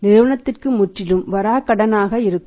நிறுவனத்திற்கு முற்றிலும் வராக கடனாக இருக்கும்